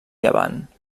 llevant